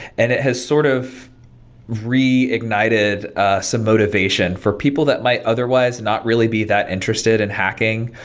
and it has sort of reignited ah some motivation for people that might otherwise not really be that interested in hacking,